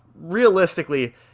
realistically